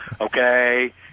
Okay